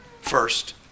first